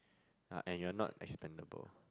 uh and you are not expendable